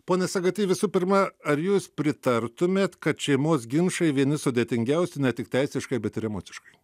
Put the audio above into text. pone sagaty visų pirma ar jūs pritartumėt kad šeimos ginčai vieni sudėtingiausių ne tik teisiškai bet ir emociškai